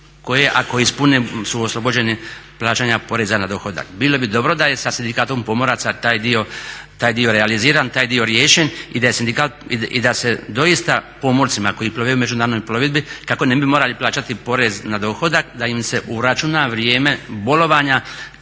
koje ako ispune su oslobođeni plaćanja poreza na dohodak. Bilo bi dobro da je sa sindikatom pomoraca taj dio realiziran, taj dio riješen i da se doista pomorcima koji plove u međunarodnoj plovidbi kako ne bi morali plaćati porez na dohodak da im se uračuna vrijeme bolovanja